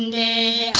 a a